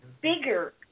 bigger